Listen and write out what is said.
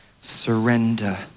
surrender